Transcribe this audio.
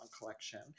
collection